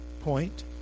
point